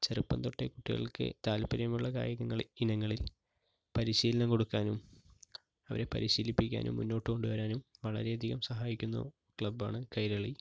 ചെറുപ്പം തൊട്ടേ കുട്ടികൾക്ക് താല്പര്യമുള്ള കായികങ്ങളിൽ ഇനങ്ങളിൽ പരിശീലനം കൊടുക്കാനും അവരെ പരിശീലിപ്പിക്കാനും മുന്നോട്ട് കൊണ്ടുവരാനും വളരെ അധികം സഹായിക്കുന്ന ക്ലബാണ് കൈരളി